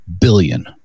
billion